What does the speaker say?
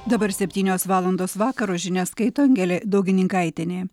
dabar septynios valandos vakaro žinias skaito angelė daugininkaitienė